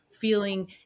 feeling